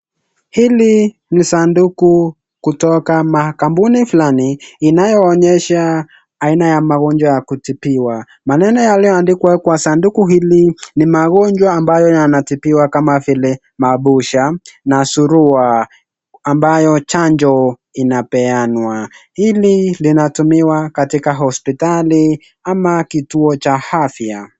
Hili ni sanduku kotoka makampuni fulani inayoonyesha aina ya magojwa ya kutibiwa. Maneno iliyoandikwa kwa sanduku hili ni magonjwa amayo yanatibiwa kama vile mabusha na surua ambayo chanjo inapeanwa. Hili linatumiwa katika hospitali ama kituo cha afya.